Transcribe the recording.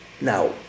Now